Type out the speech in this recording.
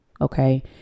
Okay